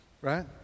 right